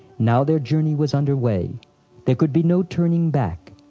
now their journey was underway there could be no turning back.